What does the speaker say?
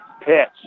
Pitch